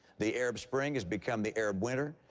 the arab spring has become the arab winter.